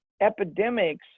epidemics